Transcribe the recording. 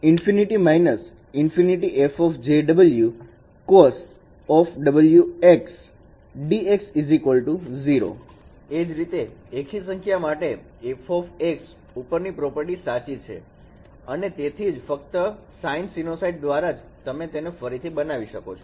∫∞−∞fˆjωcosωxdx 0 એ જ રીતે એકી સંખ્યા માટે f ઉપરની પ્રોપર્ટી સાચી છે અને તેથી જ ફક્ત સાઇન સીનોસાઈડ દ્વારા તમે તેને ફરીથી બનાવી શકો છો